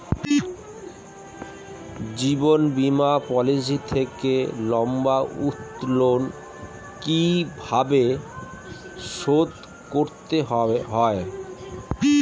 জীবন বীমা পলিসি থেকে লম্বা উত্তোলন কিভাবে শোধ করতে হয়?